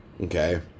okay